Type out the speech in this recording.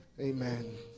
Amen